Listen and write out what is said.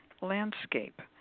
landscape